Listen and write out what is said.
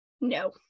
No